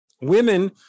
Women